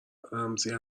رمزی